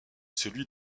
celui